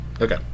Okay